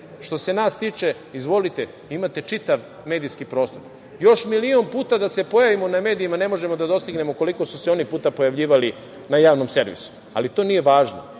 što se nas tiče, izvolite, imate čitav medijski prostor. Još milion puta da se pojavimo na medijima, ne možemo da dostignemo koliko su se oni puta pojavljivali na javnom servisu. Ali, to nije važno.